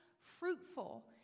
fruitful